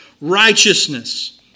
righteousness